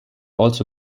also